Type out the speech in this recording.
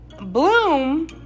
Bloom